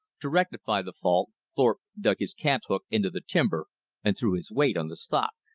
to rectify the fault, thorpe dug his cant-hook into the timber and threw his weight on the stock.